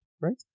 right